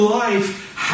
life